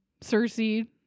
Cersei